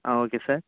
ah okay sir